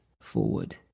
forward